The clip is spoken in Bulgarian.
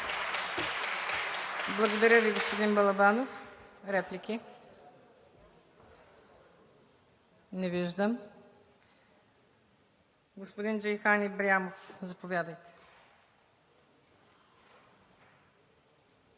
Благодаря Ви, господин Балабанов. Реплики? Не виждам. Господин Джейхан Ибрямов, заповядайте.